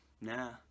nah